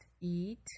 eat